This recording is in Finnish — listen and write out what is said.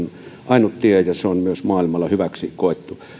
ainut tie ja se on myös maailmalla hyväksi koettu